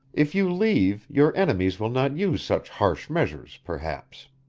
if you leave, your enemies will not use such harsh measures, perhaps.